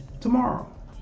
tomorrow